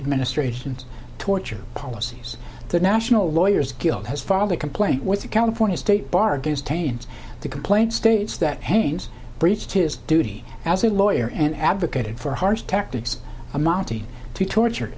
administration's torture policies the national lawyers guild has fathered complaint with the california state bar gives teens the complaint states that haynes breached his duty as a lawyer and advocated for harsh tactics amounting to torture